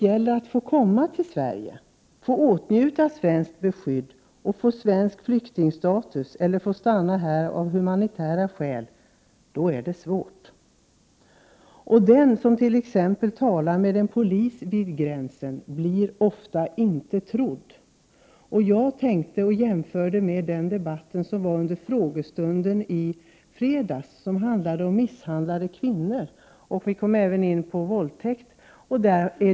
Men att få komma till Sverige, att få åtnjuta svenskt beskydd, att få svensk flyktingstatus eller att få stanna här av humanitära skäl är svårt. Den som t.ex. talar med en polis vid gränsen blir ofta inte trodd. Jag har funderat över dessa saker och jämfört med den debatt som fördes här i kammaren i samband med frågestunden i fredags. Jag tänker då på debatten om misshandlade kvinnor. Även våldtäkter berördes då.